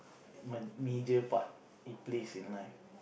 a major part it plays in life